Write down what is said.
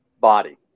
body